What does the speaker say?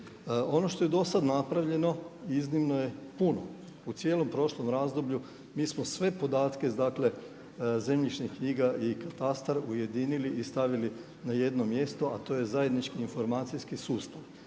Ono što je do sad napravljeno, iznimno je puno. U cijelom prošlom razdoblju, mi smo sve podatke, zemljišne knjiga i katastar ujedinili i stavili na jedno mjesto, a to je zajednički informacijski sustav.